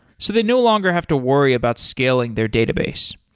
so they no longer have to worry about scaling their database.